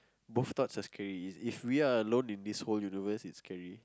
both thoughts are scary is if we are alone in this whole universe it's scary